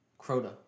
Crota